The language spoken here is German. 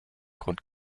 grund